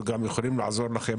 אנחנו יכולים לעזור לכם.